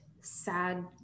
sad